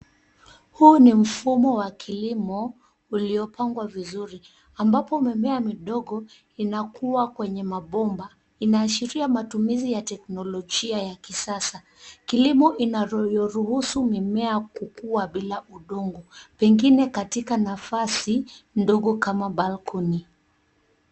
Huu ni mfumo wa kilimo, uliopangwa vizuri, ambapo mimea midogo inakua kwenye mabomba. Inaashiria matumizi ya teknolijia ya kisasa, kilimo inayoruhusu mimea kukua bila udongo pengine katika nafasi ndogo kama balcony .